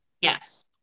yes